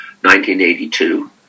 1982